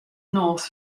north